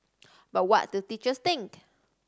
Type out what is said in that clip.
but what do teachers think